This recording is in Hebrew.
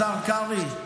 השר קרעי,